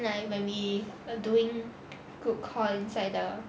then like when we doing group call inside the